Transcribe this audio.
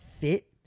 fit